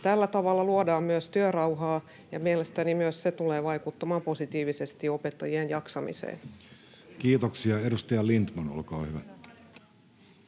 Tällä tavalla luodaan myös työrauhaa, ja mielestäni myös se tulee vaikuttamaan positiivisesti opettajien jaksamiseen. [Speech 26] Speaker: